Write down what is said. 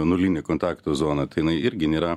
nulinė kontakto zona tai jinai irgi nėra